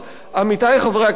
עמיתי חברי הכנסת,